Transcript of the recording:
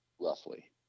Roughly